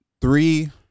three